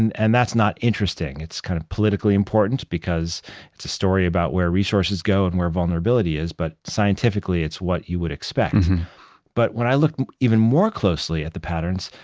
and and that's not interesting. it's kind of politically important because it's a story about where resources go and where vulnerability is, but scientifically it's what you would expect but when i looked even more closely at the patterns,